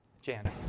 Jan